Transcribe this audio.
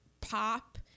pop